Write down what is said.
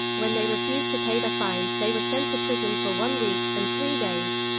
when they refused to pay their fine, they were sent to prison for one week, and three days.